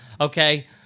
Okay